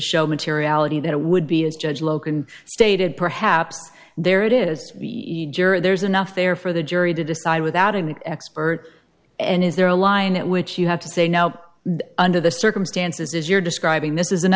show materiality that it would be as judge loken stated perhaps there it is there's enough there for the jury to decide without an expert and is there a line at which you have to say now under the circumstances you're describing this is an